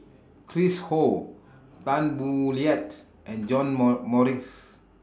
Chris Ho Tan Boo Liat and John More Morrice